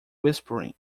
whispering